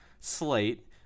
Slate